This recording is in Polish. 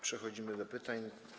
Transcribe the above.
Przechodzimy do pytań.